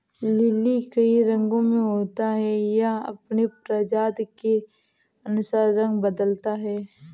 lily कई रंगो में होता है, यह अपनी प्रजाति के अनुसार रंग बदलता है